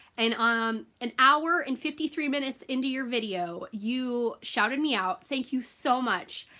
and um an hour and fifty three minutes into your video you shouted me out thank you so much.